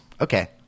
Okay